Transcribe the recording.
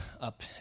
up